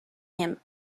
him